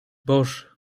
boże